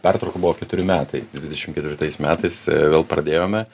pertrauka buvo keturi metai dvidešim ketvirtais metais vėl pradėjome